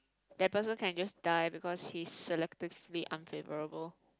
the person can just die because he selectively unfavourable